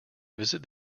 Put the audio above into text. visit